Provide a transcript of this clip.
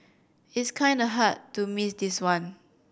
it's kinda hard to miss this one